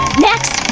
next!